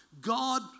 God